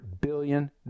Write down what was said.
billion